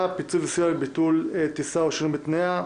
(פיצוי וסיוע בשל ביטול טיסה או שינוי בתנאיה).